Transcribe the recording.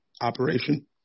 operation